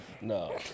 No